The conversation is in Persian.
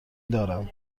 دارم